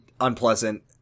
unpleasant